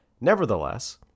Nevertheless